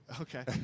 Okay